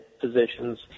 positions